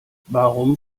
warum